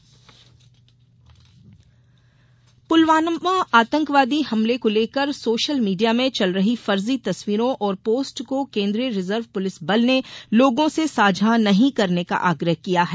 फर्जी पोस्ट आग्रह पुलवामा आतंकवादी हमले को लेकर सोशल मीडिया में चल रही फर्जी तस्वीरों और पोस्ट को केंद्रीय रिजर्व पुलिस बल ने लोगों से साझा नहीं करने का आग्रह किया है